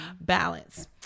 balance